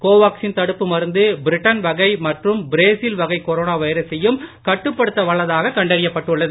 கோவாக்சின் தடுப்பு மருந்து பிரிட்டன் வகை மற்றும் பிரேசில் வகை கொரோனா வைரசையும் கட்டுப்படுத்த வல்லதாகக் கண்டறியப்பட்டுள்ளது